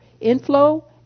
inflow